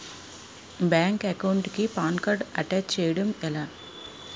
Bank account కి PAN card attach చేయడం ఎలా?